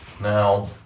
Now